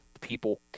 people